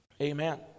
Amen